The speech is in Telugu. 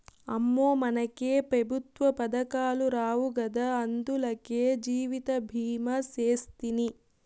అమ్మో, మనకే పెఋత్వ పదకాలు రావు గదా, అందులకే జీవితభీమా సేస్తిని